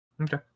Okay